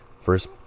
first